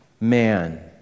man